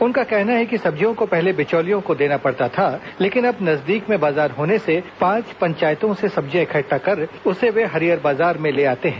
उनका कहना है कि सब्जियों को पहले बिचौलियों को देना पड़ता था लेकिन अब नजदीक में बाजार होने से पांच पंचायतों से सब्जियां इकट्टा कर उसे हरियर बाजार में ले जाते हैं